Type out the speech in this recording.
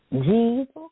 Jesus